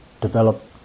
develop